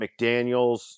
McDaniels